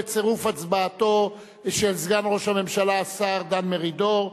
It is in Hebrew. בצירוף הצבעתו של סגן ראש הממשלה השר דן מרידור,